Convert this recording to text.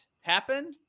happen